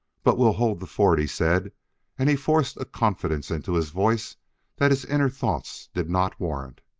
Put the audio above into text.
but we'll hold the fort, he said and he forced a confidence into his voice that his inner thoughts did not warrant.